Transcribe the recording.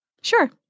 Sure